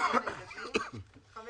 ח'